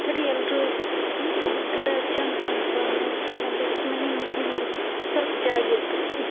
ತಡಿ ಎಲ್ಲರು ಕ ಹೂ ಗಿಡ ಚಂದ ಕಾಣಕತ್ತಾವ ಅನ್ನೋ ಸಂಬಂಧ ಮನೆ ಹಿಂದೆ ಸೊಲ್ಪ ಜಾಗಿತ್ತು